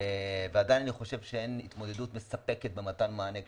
ועדיין אני חושב שאין התמודדות מספקת במתן מענה כשמתקשרים,